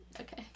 Okay